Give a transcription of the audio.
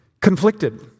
conflicted